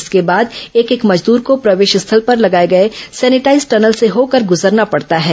इसके बाद एक एक मजदूर को प्रवेश स्थल पर लगाए गए सेनेटाईज टनल से होकर गुजरना पड़ता है